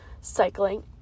cycling